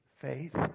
Faith